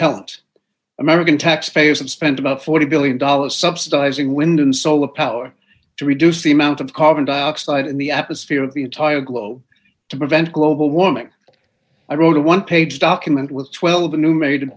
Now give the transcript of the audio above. talent american taxpayers have spent about forty billion dollars subsidizing wind and solar power to reduce the amount of carbon dioxide in the atmosphere of the entire globe to prevent global warming i wrote a one page document with twelve new made